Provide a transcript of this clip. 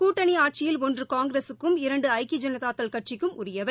கூட்டணி ஆட்சியில் ஒன்று காங்கிரஸுக்கும் இரண்டு ஐக்கிய ஜனதாதள் கட்சிக்கும் உரியவை